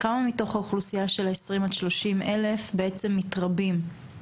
כמה מתוך האוכלוסייה של ה-30-20 אלף בעצם מתרבים?